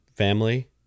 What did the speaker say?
Family